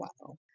Wow